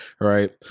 right